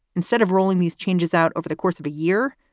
instead of rolling these changes out over the course of a year,